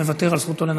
מוותר על זכותו לנמק.